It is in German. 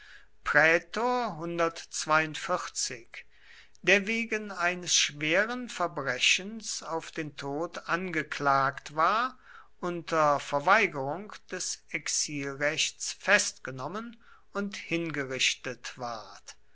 prätor der wegen eines schweren verbrechens auf den tod angeklagt war unter verweigerung des exilrechts festgenommen und hingerichtet ward